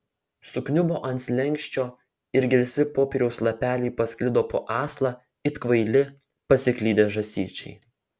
sukniubo ant slenksčio ir gelsvi popieriaus lapeliai pasklido po aslą it kvaili pasiklydę žąsyčiai